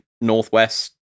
Northwest